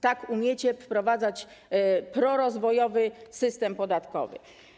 Tak umiecie wprowadzać prorozwojowy system podatkowy.